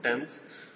090